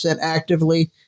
actively